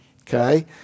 okay